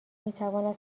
میتواند